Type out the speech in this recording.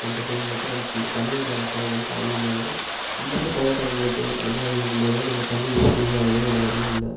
நம்ம செய்யும்போது தான் நமக்கு வந்து தண்ணியோடய தேவை வந்து அதிகமாகும் நம்ம வந்து டையர்டாக ஆகும்போது அந்த மாதிரி இருக்கும் போதெல்லாம் நம்ம தண்ணி யூஸ் பண்ணி தான் ஆகணும் வேறே வழியே இல்லை